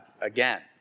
again